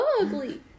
ugly